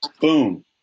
Boom